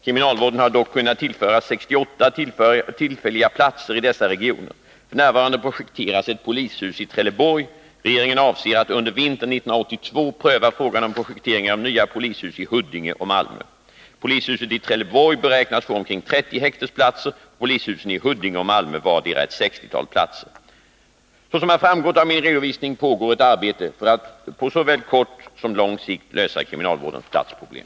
Kriminalvården-har dock kunnat tillföras 68 tillfälliga platser i dessa regioner. F. n. projekteras ett polishus i Trelleborg. Regeringen avser att under vintern 1982 pröva frågan om projektering av nya polishus i Huddinge och Malmö. Polishuset i Trelleborg beräknas få omkring 30 häktesplatser och polishusen i Huddinge och Malmö vardera ett 60-tal platser. Såsom har framgått av min redovisning pågår ett arbete för att på såväl kort som lång sikt lösa kriminalvårdens platsproblem.